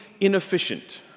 inefficient